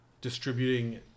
distributing